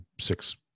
six